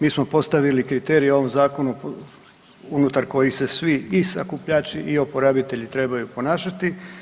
Mi smo postavili kriterije u ovom zakonu unutar kojih se svi i sakupljači i uporabitelji trebaju ponašati.